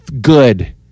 good